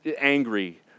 angry